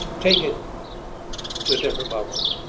take it to a different level,